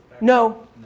no